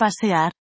pasear